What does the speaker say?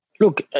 Look